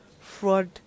fraud